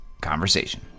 conversation